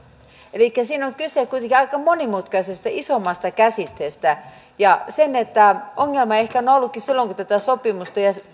elikkä siinä on on kyse kuitenkin aika monimutkaisesta isommasta käsitteestä ja ongelma on ehkä ollutkin silloin kun tätä sopimusta ja